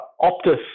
Optus